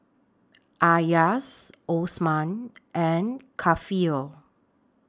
Elyas Osman and Kefli